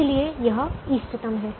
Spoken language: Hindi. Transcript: इसलिए यह इष्टतम है